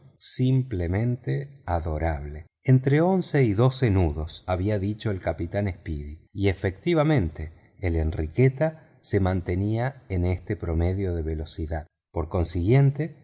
simplemente adorable entre once y doce nudos había dicho el capitán speedy y efectivamente la enriqueta se mantenía en este promedio de velocidad por consiguiente